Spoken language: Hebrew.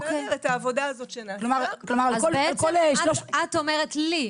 אז בעצם את אומרת לי,